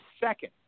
Second